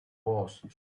worst